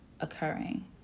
occurring